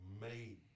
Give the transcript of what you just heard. made